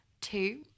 two